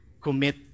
commit